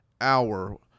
hour